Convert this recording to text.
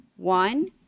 One